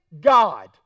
God